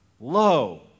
lo